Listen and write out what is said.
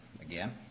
again